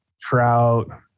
Trout